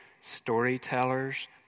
storytellers